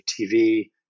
TV